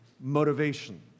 motivation